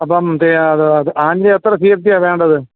അപ്പം അത് അത് ആഞ്ഞിലി എത്ര സീയെഫ്റ്റിയാണ് വേണ്ടത്